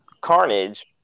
Carnage